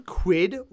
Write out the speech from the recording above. quid